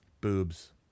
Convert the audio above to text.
boobs